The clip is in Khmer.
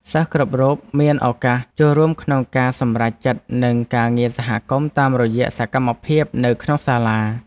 សិស្សគ្រប់រូបមានឱកាសចូលរួមក្នុងការសម្រេចចិត្តនិងការងារសហគមន៍តាមរយៈសកម្មភាពនៅក្នុងសាលា។